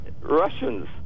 Russians